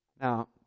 Now